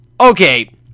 Okay